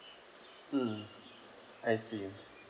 mm I see